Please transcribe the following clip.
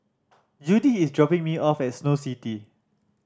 Judie is dropping me off at Snow City